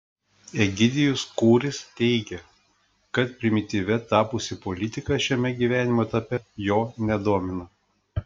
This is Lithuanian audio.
egidijus kūris teigia kad primityvia tapusi politika šiame gyvenimo etape jo nedomina